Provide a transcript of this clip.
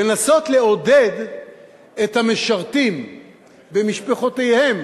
ולנסות לעודד את המשרתים ומשפחותיהם